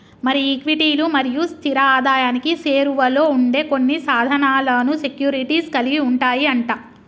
మరి ఈక్విటీలు మరియు స్థిర ఆదాయానికి సేరువలో ఉండే కొన్ని సాధనాలను సెక్యూరిటీస్ కలిగి ఉంటాయి అంట